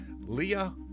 Leah